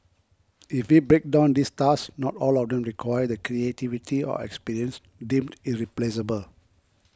if we break down these tasks not all of them require the creativity or experience deemed irreplaceable